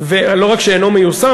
ולא רק שהוא אינו מיושם,